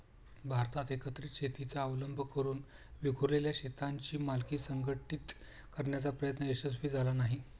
भारतात एकत्रित शेतीचा अवलंब करून विखुरलेल्या शेतांची मालकी संघटित करण्याचा प्रयत्न यशस्वी झाला नाही